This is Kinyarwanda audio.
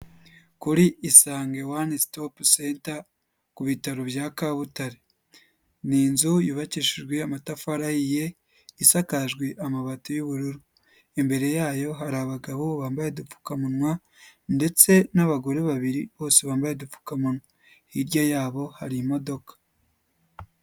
Kuri isange one stop center ku bitaro bya Kabutare, ni inzu yubakishijwe amatafari ahiye isakajwe amabati y'ubururu, imbere yayo hari abagabo bambaye udupfukamunwa ndetse n'abagore babiri bose bambaye udupfukamunwa, hirya yabo hari imodoka.